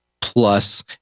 plus